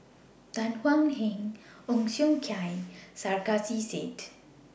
Tan Thuan Heng Ong Siong Kai and Sarkasi Said